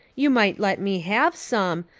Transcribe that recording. you might let me have some.